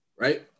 Right